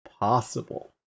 possible